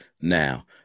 Now